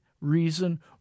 reason